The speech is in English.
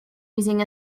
using